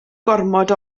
gormod